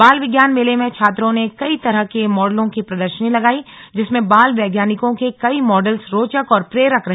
बाल विज्ञान मेले में छात्रों ने कई तरह के मॉडलों की प्रदर्शनी लगाई जिसमें बाल वैज्ञानिकों के कई मॉडल्स रोचक और प्रेरक रहे